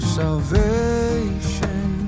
salvation